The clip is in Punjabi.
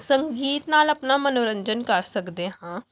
ਸੰਗੀਤ ਨਾਲ਼ ਆਪਣਾ ਮਨੋਰੰਜਨ ਕਰ ਸਕਦੇ ਹਾਂ